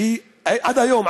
שעד היום,